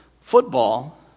football